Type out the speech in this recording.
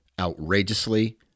outrageously